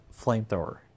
flamethrower